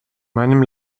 meinem